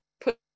put